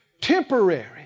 Temporary